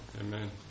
Amen